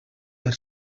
per